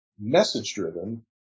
message-driven